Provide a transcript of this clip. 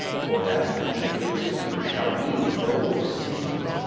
for that betwixte you shall be no sin,